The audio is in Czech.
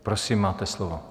Prosím, máte slovo.